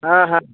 हाँ हाँ